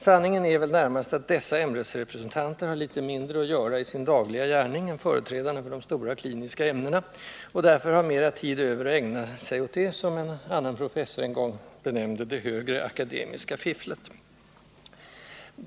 Sanningen är väl närmast att dessa ämnesrepresentanter har litet mindre att göra i sin dagliga gärning än företrädarna för de stora kliniska ämnena och därför har mer tid över att ägna sig åt det som en annan professor en gång benämnde ”det högre akademiska fifflet”.